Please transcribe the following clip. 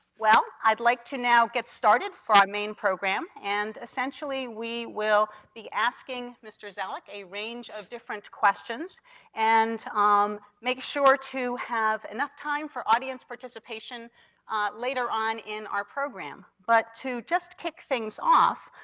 well, i'd like to now get started for our main program and essentially we will be asking mr. zoellik a range of different questions and um make sure to have enough time for audience participation later on in our program. but to just kick things off,